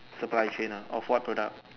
supply chain ah of what product